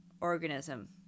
organism